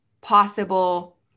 possible